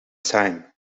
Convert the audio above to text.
time